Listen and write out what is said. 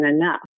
enough